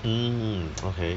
mm okay